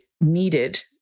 needed